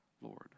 Lord